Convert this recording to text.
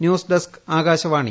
news desk Akashvani